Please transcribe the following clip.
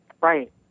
right